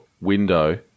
window